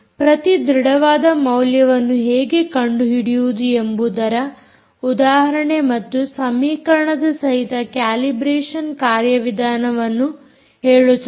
ಪ್ರತಿ ದೃಢವಾದ ಮೌಲ್ಯವನ್ನು ಹೇಗೆ ಕಂಡುಹಿಡಿಯುವುದು ಎಂಬುದರ ಉದಾಹರಣೆ ಮತ್ತು ಸಮೀಕರಣದ ಸಹಿತ ಕ್ಯಾಲಿಬ್ರೇಷನ್ ಕಾರ್ಯವಿಧಾನವನ್ನು ಹೇಳುತ್ತದೆ